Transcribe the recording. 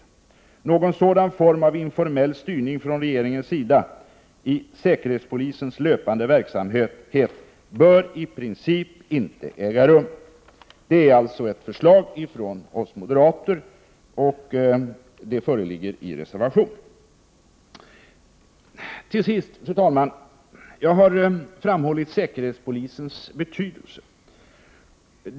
Någon sådan form av informell styrning från regeringens sida i säkerhetspolisens löpande verksamhet bör i princip inte äga rum.” Det är alltså ett förslag från oss moderater, och det föreligger i reservation 6. Fru talman! Jag har framhållit säkerhetspolisens betydelse.